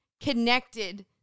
connected